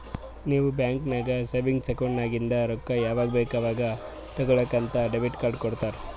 ನೀವ್ ಬ್ಯಾಂಕ್ ನಾಗ್ savings account ನಾಗಿಂದ್ ರೊಕ್ಕಾ ಯಾವಾಗ್ ಬೇಕ್ ಅವಾಗ್ ತೇಕೊಳಾಕ್ ಅಂತ್ ಡೆಬಿಟ್ ಕಾರ್ಡ್ ಕೊಡ್ತಾರ